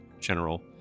general